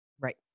Right